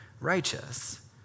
righteous